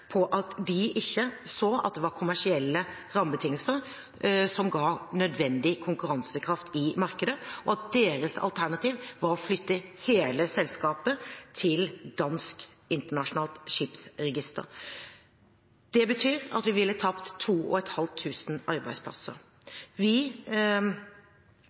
på at de ikke så at det var kommersielle rammebetingelser som ga nødvendig konkurransekraft i markedet, og at deres alternativ var å flytte hele selskapet til dansk internasjonalt skipsregister. Det betyr at vi ville tapt